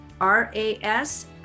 R-A-S